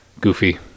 goofy